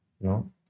No